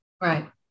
right